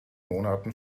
monaten